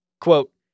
Quote